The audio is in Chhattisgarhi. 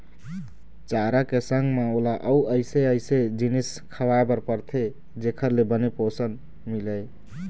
चारा के संग म ओला अउ अइसे अइसे जिनिस खवाए बर परथे जेखर ले बने पोषन मिलय